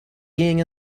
being